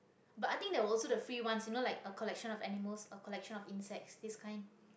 but i think there were also the free ones you know like a collection of animals a collection of insects this kind